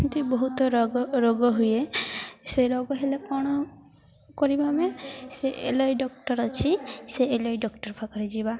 ଏମିତି ବହୁତ ରୋଗ ରୋଗ ହୁଏ ସେ ରୋଗ ହେଲେ କ'ଣ କରିବା ଆମେ ସେ ଏଲ୍ଆଇ ଡକ୍ଟର ଅଛି ସେ ଏଲ୍ଆଇ ଡକ୍ଟର ପାଖରେ ଯିବା